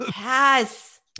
yes